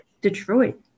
Detroit